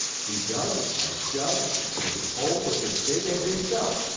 he dug and he dug till the hole was as big as himself,